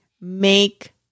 make